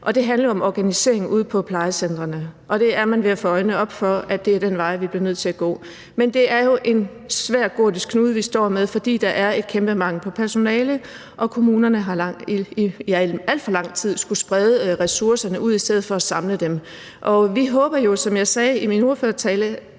Det handler jo om organiseringen ude på plejecentrene. Man er ved at få øjnene op for, at det er den vej, vi bliver nødt til at gå. Men det er jo en svær og gordisk knude, vi står med, fordi der er en kæmpe mangel på personale, og kommunerne har i alt for lang tid skullet sprede ressourcerne ud i stedet for at samle dem. Vi håber jo, som jeg sagde i min ordførertale,